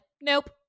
nope